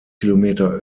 kilometer